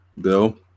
bill